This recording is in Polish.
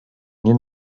nie